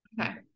Okay